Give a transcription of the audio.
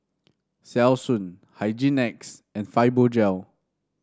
Selsun Hygin X and Fibogel